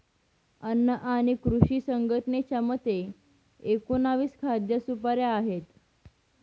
अन्न आणि कृषी संघटनेच्या मते, एकोणीस खाद्य सुपाऱ्या आहेत